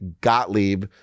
Gottlieb